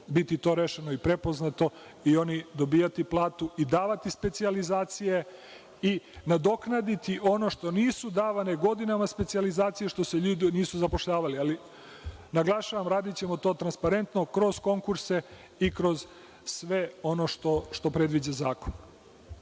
biti rešeno i prepoznato, da će dobijati platu i davati specijalizacije i nadoknaditi ono što nisu davane godinama specijalizacije, što se ljudi nisu zapošljavali. Naglašavam, radićemo to transparentno, kroz konkurse i kroz sve ono što predviđa zakon.